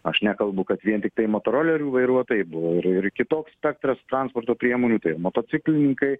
aš nekalbu kad vien tiktai motorolerių vairuotojai buvo ir ir kitoks spektras transporto priemonių tai ir motociklininkai